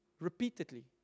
repeatedly